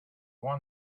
one